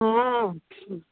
हँ